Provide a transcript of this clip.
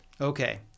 Okay